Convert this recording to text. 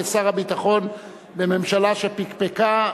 כשר הביטחון בממשלה שפקפקה,